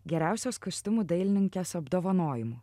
geriausios kostiumų dailininkės apdovanojimu